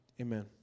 Amen